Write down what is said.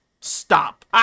Stop